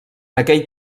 aquell